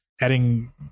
adding